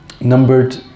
numbered